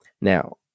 Now